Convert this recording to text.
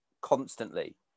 constantly